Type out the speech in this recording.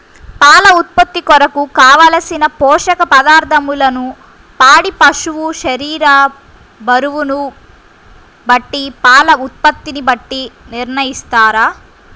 పాల ఉత్పత్తి కొరకు, కావలసిన పోషక పదార్ధములను పాడి పశువు శరీర బరువును బట్టి పాల ఉత్పత్తిని బట్టి నిర్ణయిస్తారా?